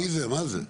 מי זה, מה זה?